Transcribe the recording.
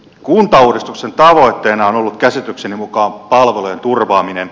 kuntauudistuksen tavoitteena on ollut käsitykseni mukaan palvelujen turvaaminen